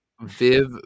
Viv